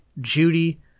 Judy